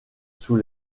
sur